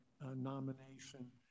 nomination